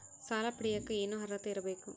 ಸಾಲ ಪಡಿಯಕ ಏನು ಅರ್ಹತೆ ಇರಬೇಕು?